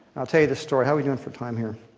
i'll tell you the story. how we doing for time here?